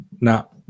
No